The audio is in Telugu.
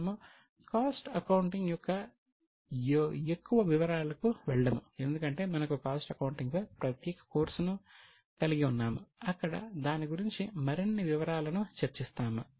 మనము కాస్ట్ అకౌంటింగ్ యొక్క ఎక్కువ వివరాలకు వెళ్ళము ఎందుకంటే మనకు కాస్ట్ అకౌంటింగ్ పై ప్రత్యేక కోర్సును కలిగి ఉన్నాము అక్కడ దాని గురించి మరిన్ని వివరాలను చర్చిస్తాము